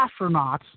astronauts